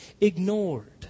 ignored